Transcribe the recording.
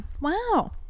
Wow